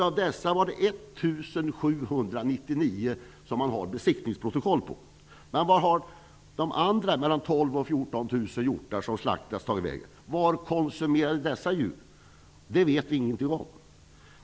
Av dessa har man besiktningsprotokoll på 1 799. Vart har de andra 12 000--14 000 slaktade hjortarna tagit vägen? Vem konsumerade dessa djur? Det vet vi ingenting om.